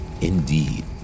Indeed